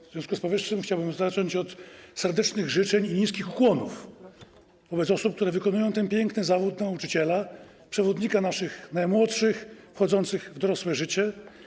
W związku z powyższym chciałbym zacząć od serdecznych życzeń i niskich ukłonów wobec osób, które wykonują ten piękny zawód nauczyciela, przewodnika naszych najmłodszych, wchodzących w dorosłe życie.